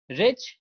rich